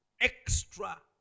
extra